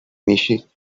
میشید